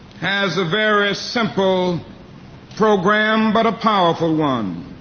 has a very simple program, but a powerful one.